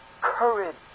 courage